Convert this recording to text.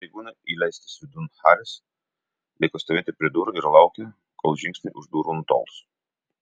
pareigūno įleistas vidun haris liko stovėti prie durų ir laukė kol žingsniai už durų nutols